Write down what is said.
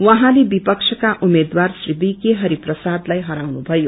उहाँले विपक्षका उम्मेद्वार श्री बीके हरि प्रसादलाई हराउनुभयो